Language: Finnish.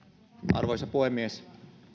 arvoisa puhemies